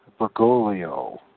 Bergoglio